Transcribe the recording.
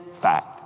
fact